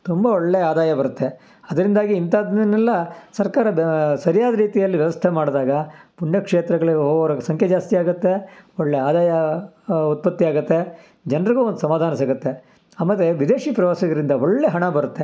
ತುಂಬ ಒಳ್ಳೆ ಆದಾಯ ಬರುತ್ತೆ ಅದರಿಂದಾಗಿ ಇಂಥಾದ್ದನ್ನೆಲ್ಲ ಸರ್ಕಾರ ಬ ಸರ್ಯಾದ ರೀತಿಯಲ್ಲಿ ವ್ಯವಸ್ಥೆ ಮಾಡಿದಾಗ ಪುಣ್ಯ ಕ್ಷೇತ್ರಗಳಿಗೆ ಹೋಗೋವ್ರ ಸಂಖ್ಯೆ ಜಾಸ್ತಿ ಆಗತ್ತೆ ಒಳ್ಳೆ ಆದಾಯ ಉತ್ಪತ್ತಿಯಾಗತ್ತೆ ಜನ್ರಿಗೂ ಒಂದು ಸಮಾಧಾನ ಸಿಗತ್ತೆ ಆಮೇಲೆ ವಿದೇಶಿ ಪ್ರವಾಸಿಗರಿಂದ ಒಳ್ಳೆ ಹಣ ಬರುತ್ತೆ